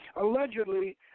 Allegedly